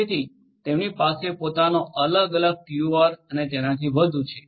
તેથી તેમની પાસે પોતાનો અલગ અલગ ટીઓઆર અને તેનાથી વધુ છે